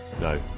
no